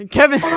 Kevin